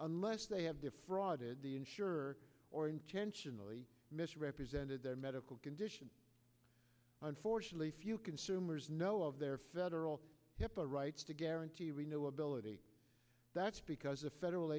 unless they have defrauded the insurer or intentionally misrepresented their medical condition unfortunately few consumers know of their federal hipaa rights to guarantee renewability that's because a federal